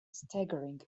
staggering